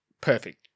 Perfect